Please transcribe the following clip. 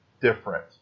different